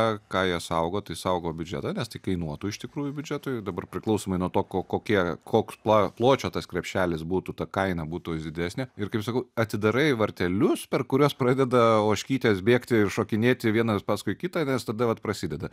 ką jie saugo tai saugo biudžetą nes tai kainuotų iš tikrųjų biudžetui dabar priklausomai nuo to ko kokie koks pla pločio tas krepšelis būtų ta kaina būtų didesnė ir kaip sakau atidarai vartelius per kuriuos pradeda ožkytės bėgti ir šokinėti vienas paskui kitą nes tada vat prasideda